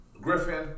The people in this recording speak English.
Griffin